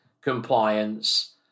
compliance